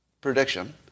prediction